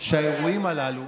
שהאירועים הללו